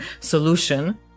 solution